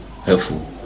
helpful